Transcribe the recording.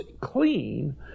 clean